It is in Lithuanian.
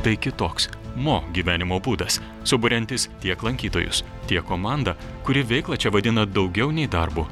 tai kitoks mo gyvenimo būdas suburiantis tiek lankytojus tiek komandą kuri veiklą čia vadina daugiau nei darbu